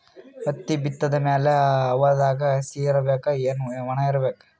ಹತ್ತಿ ಬಿತ್ತದ ಮ್ಯಾಲ ಹವಾದಾಗ ಹಸಿ ಇರಬೇಕಾ, ಏನ್ ಒಣಇರಬೇಕ?